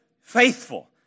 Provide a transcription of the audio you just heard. faithful